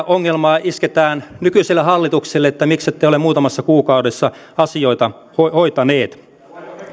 ongelmaa isketään nykyiselle hallitukselle että miksette ole muutamassa kuukaudessa asioita hoitaneet